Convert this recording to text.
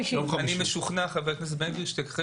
אני משוכנע חבר הכנסת בן גביר שאחרי